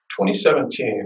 2017